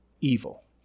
evil